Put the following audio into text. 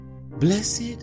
Blessed